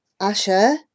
Asher